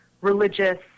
religious